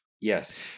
Yes